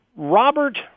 Robert